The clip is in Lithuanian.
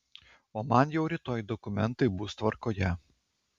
o man jau rytoj dokumentai bus tvarkoje